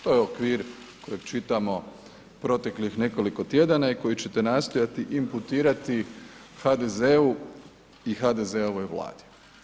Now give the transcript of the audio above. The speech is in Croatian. To je okvir kojeg čitamo proteklih nekoliko tjedana i koji ćete nastojati imputirati HDZ-u i HDZ-ovoj vladi.